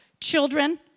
children